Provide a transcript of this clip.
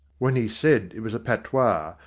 when he said it was a patois,